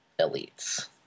elites